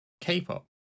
k-pop